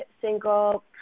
single